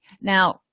Now